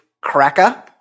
cracker